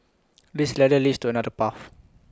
this ladder leads to another path